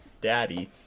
daddy